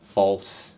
false